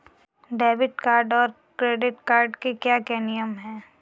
Debit card और credit card के क्या क्या नियम हैं?